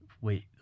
wait